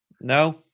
No